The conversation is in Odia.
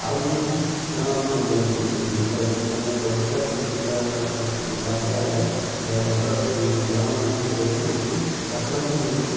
ଆହୁରି ମଧ୍ୟ ମାନେ ଲଘୁଚାପ କିମ୍ବା ବାତ୍ୟା ହେଲେ ଏ ଅଞ୍ଚଳ ଜଳମଗ୍ନ ହେଇଯାଏ ବୋଲି ଆମକୁ ପାଖାପାଖି ଯେମିତି